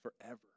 forever